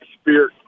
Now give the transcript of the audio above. spirit